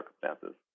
circumstances